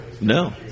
No